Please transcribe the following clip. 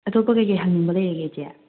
ꯑꯇꯣꯞꯄ ꯀꯔꯤ ꯀꯔꯤ ꯍꯪꯅꯤꯡꯕ ꯂꯩꯔꯤꯒꯦ ꯏꯆꯦ